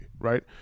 right